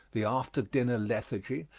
the after-dinner lethargy,